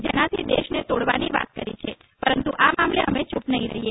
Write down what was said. જેનાથી દેશને તોડવાની વાત કરી છે પરંતુ આ મામલે અમે ચૂપ નહીં રહીએ